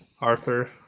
Arthur